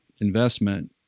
investment